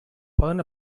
poden